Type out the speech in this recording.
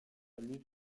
lutte